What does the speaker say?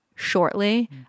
Shortly